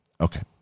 okay